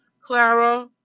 Clara